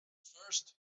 first